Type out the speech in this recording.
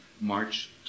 March